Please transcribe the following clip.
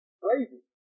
crazy